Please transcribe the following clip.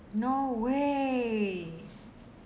no way